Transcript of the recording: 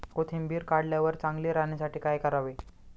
कोथिंबीर काढल्यावर चांगली राहण्यासाठी काय करावे?